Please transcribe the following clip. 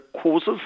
causes